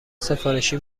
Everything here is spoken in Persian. سفارشی